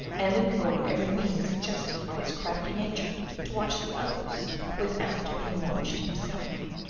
and employed every means suggested by his crafty nature to watch the others without being watched himself.